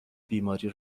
بیماری